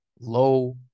low